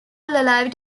alive